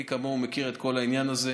מי כמוהו מכיר את כל העניין הזה.